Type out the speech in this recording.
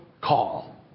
call